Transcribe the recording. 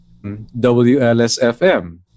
WLSFM